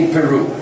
Peru